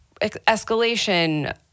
escalation